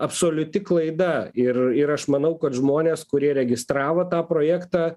absoliuti klaida ir ir aš manau kad žmonės kurie registravo tą projektą